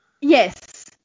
Yes